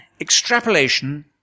extrapolation